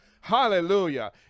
Hallelujah